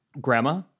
Grandma